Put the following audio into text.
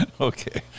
okay